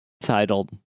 titled